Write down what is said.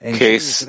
case